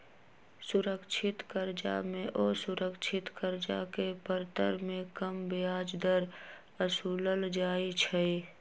सुरक्षित करजा में असुरक्षित करजा के परतर में कम ब्याज दर असुलल जाइ छइ